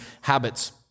habits